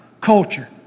culture